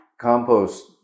compost